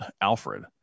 Alfred